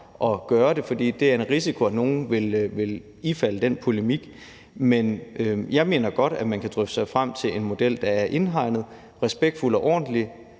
at gøre det, fordi det er en risiko, at nogen vil istemme den polemik, men jeg mener godt, at man kan drøfte sig frem til en model, der er indhegnet, respektfuld og ordentlig,